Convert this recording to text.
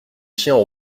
chiens